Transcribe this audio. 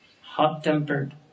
hot-tempered